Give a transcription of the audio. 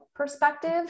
perspective